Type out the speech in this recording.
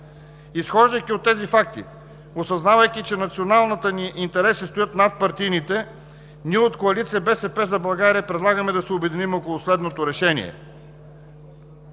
Изхождайки от тези факти, осъзнавайки, че националните ни интереси стоят над партийните, ние от Коалиция „БСП за България“ предлагаме да се обединим около следното решение,